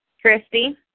Christy